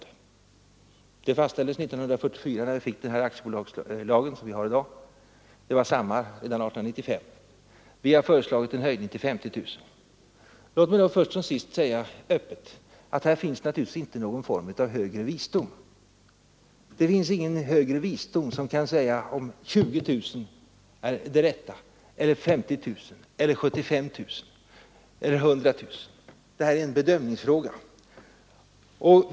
Det beloppet fastställdes 1944, när vi fick den nuvarande aktiebolagslagen, och det var detsamma redan 1895. Vi har föreslagit en höjning till 50 000 kronor. Låt mig först som sist säga att här finns naturligtvis ingen form av högre visdom. Det finns ingen högre visdom som säger om 20 000, 50 000, 75 000 eller 100 000 kronor är det rätta. Det är en bedömningsfråga.